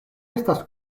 estas